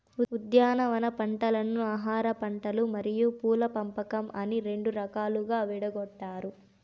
ఉద్యానవన పంటలను ఆహారపంటలు మరియు పూల పంపకం అని రెండు రకాలుగా విడగొట్టారు